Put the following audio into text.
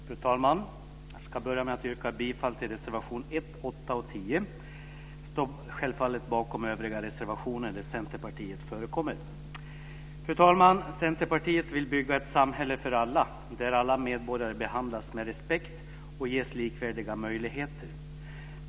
Fru talman! Jag ska börja med att yrka bifall till reservationerna 1, 8 och 10, men står självfallet också bakom övriga reservationer där Centerpartiet förekommer. Fru talman! Centerpartiet vill bygga ett samhälle för alla, där alla medborgare behandlas med respekt och ges likvärdiga möjligheter.